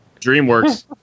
DreamWorks